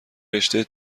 رشته